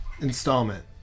installment